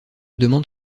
demande